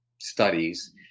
studies